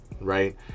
Right